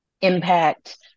impact